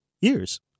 Years